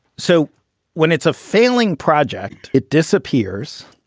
so when it's a failing project, it disappears.